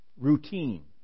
routine